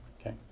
Okay